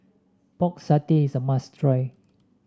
Pork Satay is a must try